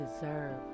deserve